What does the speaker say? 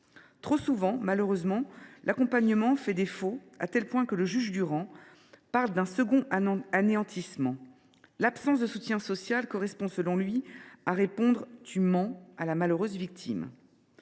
Trop souvent, malheureusement, l’accompagnement fait défaut, à tel point que le juge Durand parle d’un second anéantissement. L’absence de soutien social correspond selon lui à répondre « tu mens » à la malheureuse victime.